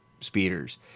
speeders